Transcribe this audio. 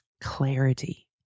Clarity